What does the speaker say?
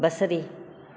बसरी